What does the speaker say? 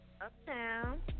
Uptown